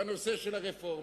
בנושא הרפורמה,